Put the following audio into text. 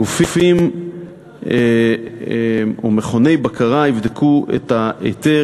גופים ומכוני בקרה יבדקו את ההיתר,